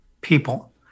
people